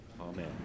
Amen